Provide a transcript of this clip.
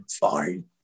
fine